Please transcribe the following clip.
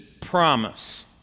promise